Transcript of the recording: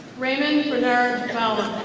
raymond bernard collin.